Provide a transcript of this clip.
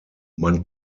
man